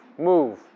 move